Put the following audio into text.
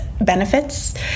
benefits